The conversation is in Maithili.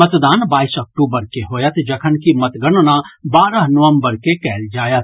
मतदान बाईस अक्टूबर के होयत जखनकि मतगणना बारह नवम्बर के कयल जायत